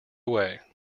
away